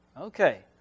Okay